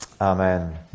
Amen